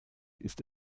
ist